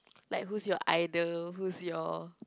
like who's your idol who's your